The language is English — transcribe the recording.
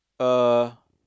uh